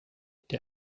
der